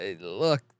look